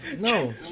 no